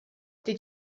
did